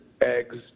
eggs